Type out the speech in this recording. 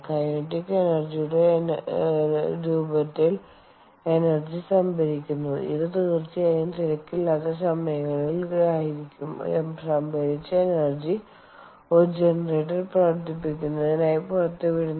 kinetic എനെർജിയുടെkinetic എനർജിയുടെ രൂപത്തിൽ എനർജി സംഭരിക്കുന്നു ഇത് തീർച്ചയായും തിരക്കില്ലാത്ത സമയങ്ങളിൽ ആയിരിക്കും സംഭരിച്ച എനർജി ഒരു ജനറേറ്റർ പ്രവർത്തിപ്പിക്കുന്നതിനായി പുറത്തുവിടുന്നു